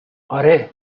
اره